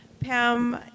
Pam